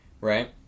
right